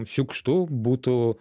šiukštu būtų